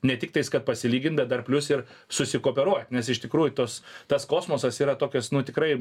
ne tiktais kad pasilygint bet dar plius ir susikooperuot nes iš tikrųjų tos tas kosmosas yra tokios nu tikrai